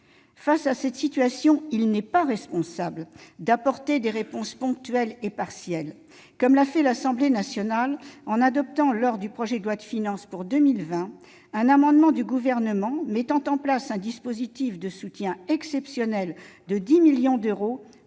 Face à cette situation, il n'est pas responsable d'apporter des réponses ponctuelles et partielles, comme l'a fait l'Assemblée nationale en adoptant, lors de l'examen du projet de loi de finances pour 2020, un amendement du Gouvernement mettant en place un dispositif de soutien exceptionnel de 10 millions d'euros aux victimes